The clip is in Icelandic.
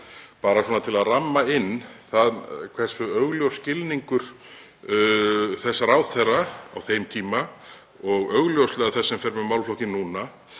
2021. Til að ramma inn hversu augljós skilningur þess ráðherra á þeim tíma og augljóslega þess sem fer með málaflokkinn núna